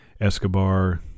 Escobar